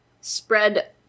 spread